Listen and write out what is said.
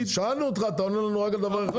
שאלנו אותך, אתה עונה לנו רק על דבר אחד?